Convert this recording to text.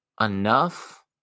enough